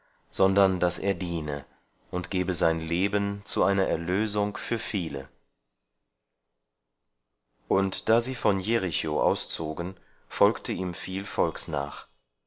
sondern daß er diene und gebe sein leben zu einer erlösung für viele und da sie von jericho auszogen folgte ihm viel volks nach